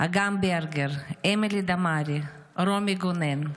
אגם ברגר, אמילי דמארי, רומי גונן,